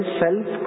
self